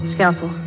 Scalpel